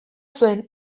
zuen